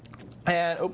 and oops,